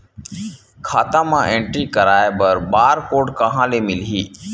खाता म एंट्री कराय बर बार कोड कहां ले मिलही?